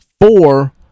four